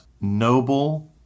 noble